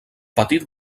petit